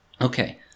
Okay